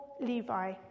Levi